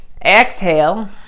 Exhale